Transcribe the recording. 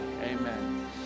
amen